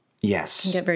yes